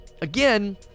again